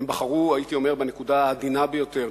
הם בחרו בנקודה העדינה ביותר,